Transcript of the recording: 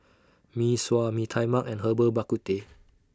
Mee Sua Mee Tai Mak and Herbal Bak Ku Teh